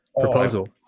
proposal